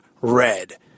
red